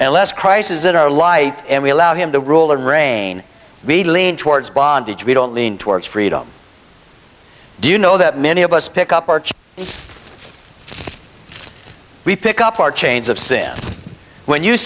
unless crisis in our life and we allow him to rule and reign we lean towards bondage we don't lean towards freedom do you know that many of us pick up arch we pick up our chains of sin when you